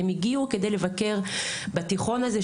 הם הגיעו כדי לבקר בתיכון הזה,